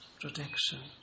protection